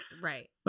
right